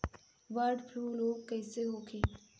Bird flu रोग कईसे होखे?